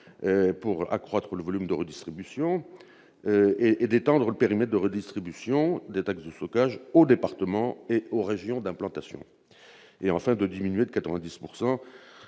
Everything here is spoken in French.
pour accroître le volume de redistribution ; étendre le périmètre de redistribution de la taxe de stockage aux départements et aux régions d'implantation ; enfin, diminuer le